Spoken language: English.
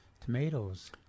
tomatoes